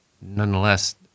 nonetheless